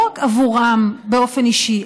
לא רק עבורם באופן אישי,